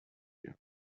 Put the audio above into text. you